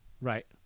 Right